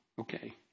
okay